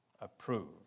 approve